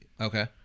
Okay